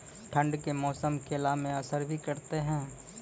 ठंड के मौसम केला मैं असर भी करते हैं?